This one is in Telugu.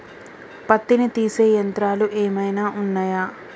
పత్తిని తీసే యంత్రాలు ఏమైనా ఉన్నయా?